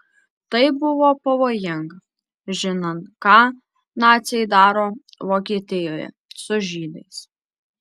tai buvo pavojinga žinant ką naciai daro vokietijoje su žydais